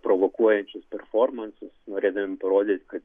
provokuojančius performansus norėdami parodyti kad